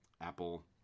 Apple